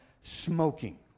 smoking